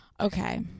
Okay